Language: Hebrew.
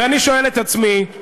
אני שואל את עצמי,